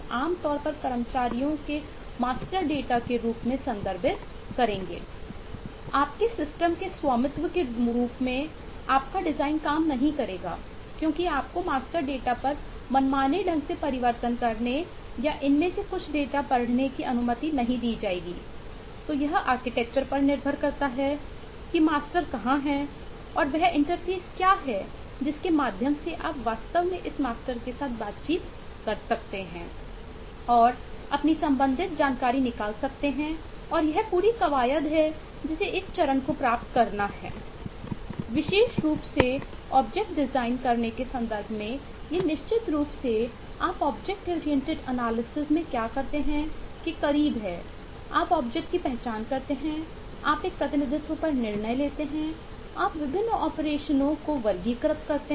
आपके सिस्टम के साथ बातचीत कर सकते हैं और अपनी संबंधित जानकारी निकाल सकते हैं और यह पूरी कवायद है जिसे इस चरण को प्राप्त करना है